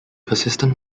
persistent